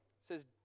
says